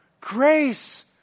grace